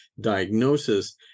diagnosis